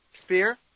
sphere